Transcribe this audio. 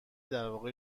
درواقع